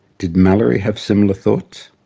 did mallory have similar thoughts?